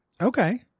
Okay